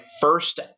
first